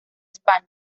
españa